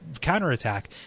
counterattack